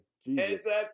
Jesus